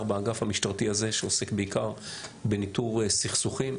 באגף המשטרתי הזה שעוסק בעיקר בניטור סכסוכים.